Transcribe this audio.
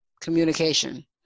communication